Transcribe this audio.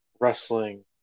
wrestling